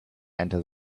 enter